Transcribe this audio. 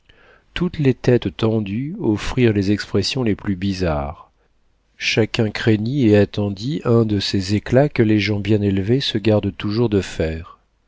toutes les têtes tendues offrirent les expressions les plus bizarres chacun craignit et attendit un de ces éclats que les gens bien élevés se gardent toujours de faire